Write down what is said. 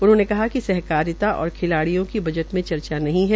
उन्होंने कहा कि सहकारिता और खिलाडिय़ों की बजट में चर्चा नहीं है